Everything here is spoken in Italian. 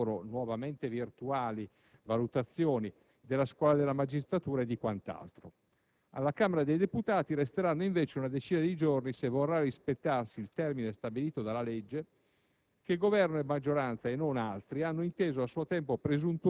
la materia dell'accesso in magistratura, delle carriere dei magistrati, delle loro - nuovamente virtuali - valutazioni, della scuola della magistratura e di quant'altro. Alla Camera dei deputati resteranno invece una decina di giorni, se vorrà rispettarsi il termine stabilito dalla legge,